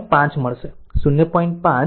5 મળશે તે 0